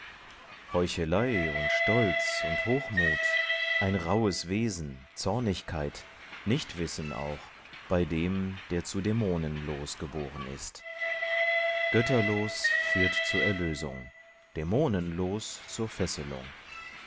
heuchelei und stolz und hochmut ein rauhes wesen zornigkeit nichtwissen auch bei dem der zu dämonenlos geboren ist götterlos führt zur erlösung dämonenlos zur fesselung